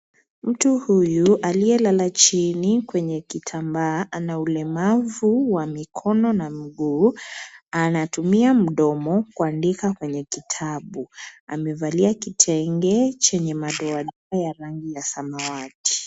Mtu huyu aliyelala chini kwenye kitambaa ana ulemavu wa mikono na miguu, anatumia mdomo kuandika kwenye kitabu. Amevalia kitenge chenye madoadoa ya rangi ya samawati.